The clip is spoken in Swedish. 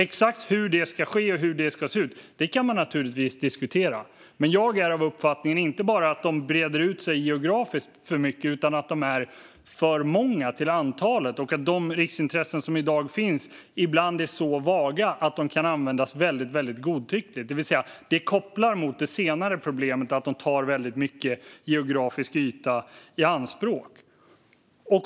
Exakt hur detta ska ske och hur det ska se ut kan man naturligtvis diskutera, men jag är av uppfattningen att de inte bara breder ut sig för mycket geografiskt utan också är för många till antalet samt att de riksintressen som i dag finns ibland är så vaga att de kan användas godtyckligt. Det kopplar alltså mot det senare problemet, att de tar väldigt mycket geografisk yta i anspråk.